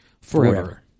forever